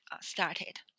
started